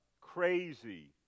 crazy